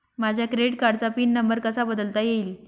माझ्या क्रेडिट कार्डचा PIN number कसा बदलता येईल?